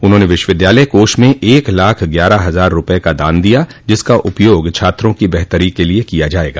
उन्होंने विश्वविद्यालय कोष में एक लाख ग्यारह हजार रूपये का दान दिया जिसका उपयोग छात्रों की बेहतरी के लिये किया जायेगा